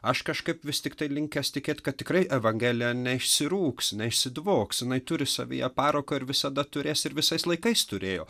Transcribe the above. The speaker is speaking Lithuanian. aš kažkaip vis tiktai linkęs tikėt kad tikrai evangeli neišsirūgs ne išsidvoks jinai turi savyje parako ir visada turės ir visais laikais turėjo